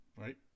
Right